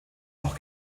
auch